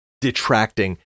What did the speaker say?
detracting